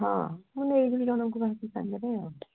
ହଁ ମୁଁ ନେଇଯିବି ଜଣକୁ କାହାକୁ ସାଙ୍ଗରେ ଆଉ